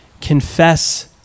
Confess